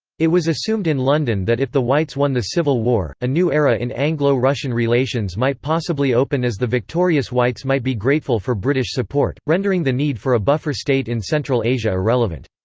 it was assumed in london that if the whites won the civil war, a new era in anglo-russian relations might possibly open as the victorious whites might be grateful for british support, rendering the need for a buffer state in central asia irrelevant.